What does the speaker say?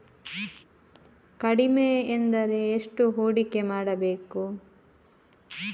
ಕಡಿಮೆ ಎಂದರೆ ಎಷ್ಟು ಹೂಡಿಕೆ ಮಾಡಬೇಕು?